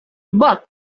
but